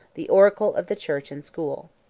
the oracle of the church and school.